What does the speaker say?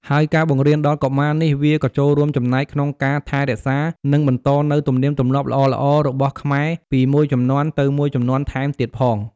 ហើយការបង្រៀនដល់កុមារនេះវាក៏ចូលរួមចំណែកក្នុងការថែរក្សា និងបន្តនូវទំនៀមទម្លាប់ល្អៗរបស់ខ្មែរពីមួយជំនាន់ទៅមួយជំនាន់ថែមទៀតផង។